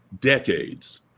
decades